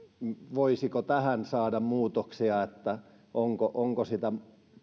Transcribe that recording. voisiko tähän saada muutoksia eli onko sitä